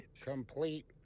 Complete